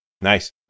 Nice